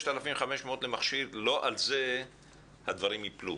6,500 שקלים למכשיר, לא על זה הדברים ייפלו.